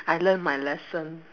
I learn my lesson